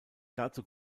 dazu